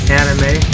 anime